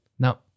now